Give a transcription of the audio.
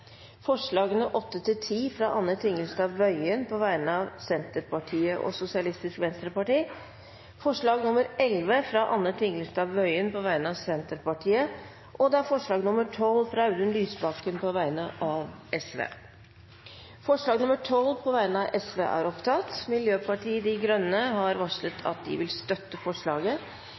fra Anne Tingelstad Wøien på vegne av Senterpartiet og Sosialistisk Venstreparti forslag nr. 11, fra Anne Tingelstad Wøien på vegne av Senterpartiet forslag nr. 12, fra Audun Lysbakken på vegne av Sosialistisk Venstreparti Det voteres over forslag